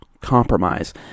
compromise